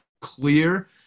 clear